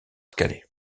calais